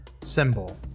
symbol